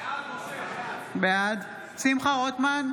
בעד שמחה רוטמן,